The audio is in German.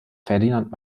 ferdinand